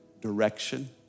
Direction